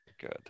good